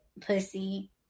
pussy